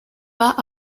pas